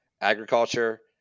Agriculture